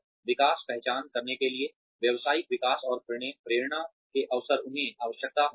विकास पहचान करने के लिए व्यावसायिक विकास और प्रेरणा के अवसर उन्हें आवश्यकता हो सकती है